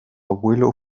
abuelo